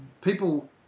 People